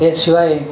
એ સિવાય